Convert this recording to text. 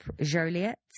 Joliet